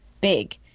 big